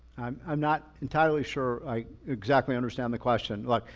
i'm not entirely sure. i exactly understand the question. look,